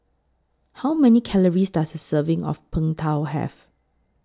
How Many Calories Does A Serving of Png Tao Have